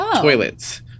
toilets